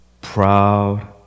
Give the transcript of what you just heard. proud